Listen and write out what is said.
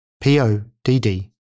p-o-d-d